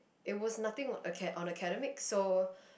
it was nothing aca~ on academics so